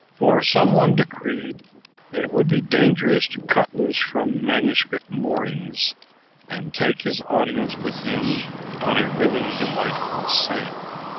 for some one decreed that it would be dangerous to cut loose from manuscript moorings and take his audience with him on a really delightful sail.